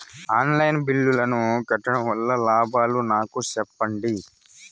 On line బిల్లుల ను కట్టడం వల్ల లాభాలు నాకు సెప్పండి?